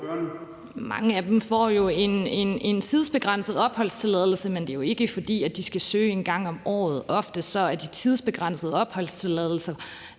Mange af dem får jo en tidsbegrænset opholdstilladelse, men det er jo ikke, fordi de skal søge en gang om året. Oftest er de tidsbegrænsede opholdstilladelser